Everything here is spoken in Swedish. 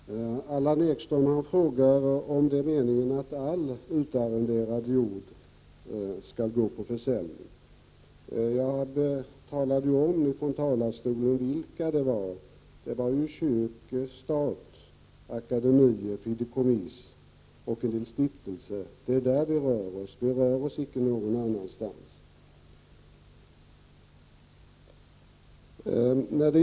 Fru talman! Allan Ekström frågar om det är meningen att all utarrenderad jord skall gå på försäljning. Jag talade ju från talarstolen om vilka det gällde, nämligen arrenden lydande under kyrkan, staten, akademier, fideikommiss och stiftelser. Det är på detta område vi rör oss, icke någon annanstans.